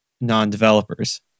non-developers